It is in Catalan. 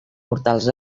mortals